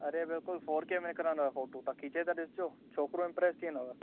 अरे बिल्कुलु four K में निकिरंदो आहे फोटू तव्हां खिचे त ॾिसजो छोकिरियूं इम्प्रेस थी वेंदुव